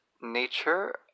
nature